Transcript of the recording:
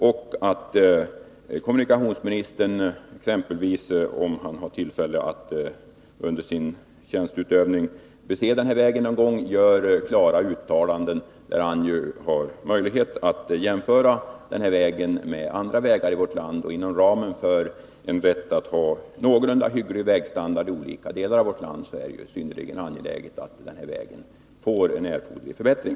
Vidare är det värdefullt om kommunikationsministern i sin tjänsteutövning kan få tillfälle att bese den här vägen någon gång och då göra klara uttalanden, sedan han haft möjlighet att jämföra denna väg med andra vägar i vårt land. Med hänsyn till rätten till en någorlunda hygglig vägstandard i olika delar av vårt land är det synnerligen angeläget att den här vägen får en erforderlig förbättring.